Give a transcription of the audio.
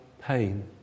pain